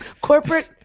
corporate